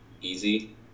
easy